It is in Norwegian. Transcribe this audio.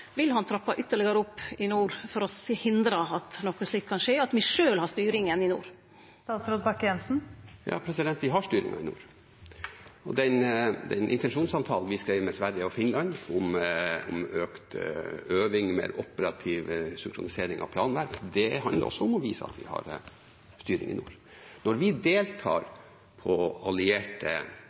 vil han trappe ytterlegare opp i nord for å hindre at noko slikt kan skje, at me sjølv har styringa i nord? Vi har styringen i nord. Den intensjonsavtalen vi skrev med Sverige og Finland om økt øving og mer operativ synkronisering av planverk, handler også om å vise at vi har styring i nord. Når vi deltar på allierte